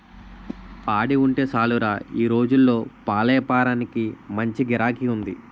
పాడి ఉంటే సాలురా ఈ రోజుల్లో పాలేపారానికి మంచి గిరాకీ ఉంది